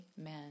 amen